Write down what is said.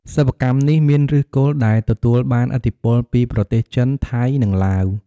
សិប្បកម្មនេះមានឬសគល់ដែលទទួលបានឥទ្ធិពលពីប្រទេសចិន ថៃ និងឡាវ។